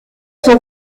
sont